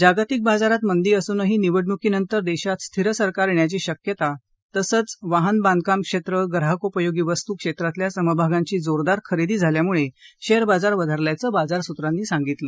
जागतिक बाजारात मंदी असूनही निवडणुकी नंतर देशात स्थिर सरकार येण्याची शक्यता तसंच वाहन बांधकाम क्षेत्र ग्राहकोपयोगी वस्तू क्षेत्रातल्या समभागांची जोरदार खरेदी झाल्यामुळे शेअर बाजार वधारल्याचं बाजार सुत्रांनी सांगितलं